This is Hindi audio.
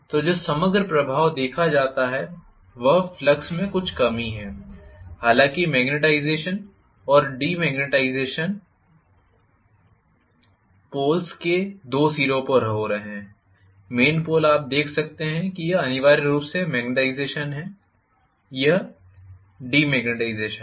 तो जो समग्र प्रभाव देखा जाता है वह फ्लक्स में कुल कमी है हालांकि मैग्नेटाइज़ेशन और डिमैग्नेटाइज़ेशन पोल्स के 2 सिरों पर हो रहे हैं मेन पोल आप देख सकते हैं कि यह अनिवार्य रूप से डिमैग्नेटाइज़ेशन है यह मैग्नेटाइज़ेशन है